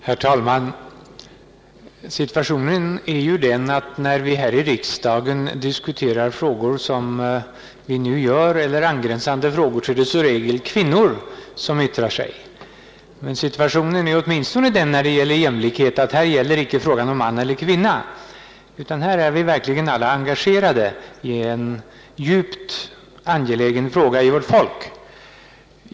Herr talman! Situationen är ju den att när vi här i riksdagen diskuterar frågor som den vi nu behandlar eller angränsande frågor, är det i regel kvinnor som yttrar sig. Läget är åtminstone det beträffande jämlikheten, att här gäller inte frågan om man eller kvinna, utan här är vi alla djupt engagerade i en angelägen fråga för vårt folk.